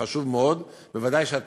חשוב מאוד, ודאי שכשאת